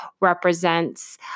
represents